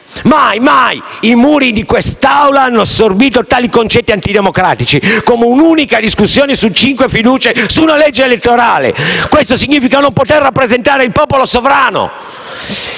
mai, mai i muri di quest'Aula hanno assorbito tali concetti antidemocratici come un'unica discussione su cinque questioni di fiducia su una legge elettorale: questo significa non poter rappresentare il popolo sovrano.